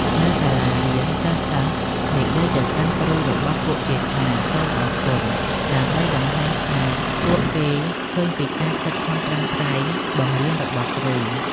នៅសាលារៀន សិស្សៗនិយាយទៅកាន់គ្រូរបស់ពួកគេថា សូមអរគុណ ដើម្បីបង្ហាញថាពួកគេឃើញពីការខិតខំប្រឹងប្រែងបង្រៀនរបស់គ្រូ។